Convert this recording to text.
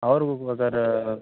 और वो अगर